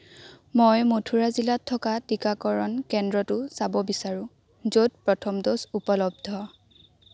মই মথুৰা জিলাত থকা টিকাকৰণ কেন্দ্ৰটো চাব বিচাৰোঁ য'ত প্ৰথম ড'জ উপলব্ধ